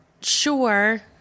sure